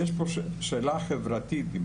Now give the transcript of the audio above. יש לנו שאלה חברתית.